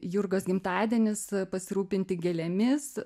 jurgos gimtadienis pasirūpinti gėlėmis